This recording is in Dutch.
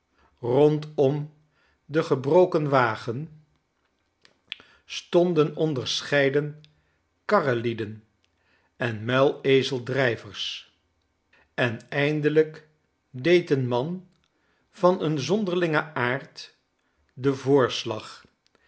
rondom den ge broken wagen stonden onderscheiden karrelieden en muilezeldrijvers en eindelijk deed een man van een zonderlingen aard den voorslag